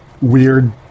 weird